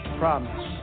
promise